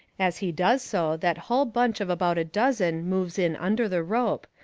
as he does so that hull bunch of about a dozen moves in under the rope,